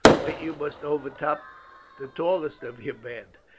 why, you must overtop the tallest of your band.